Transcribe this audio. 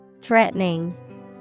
Threatening